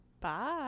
Bye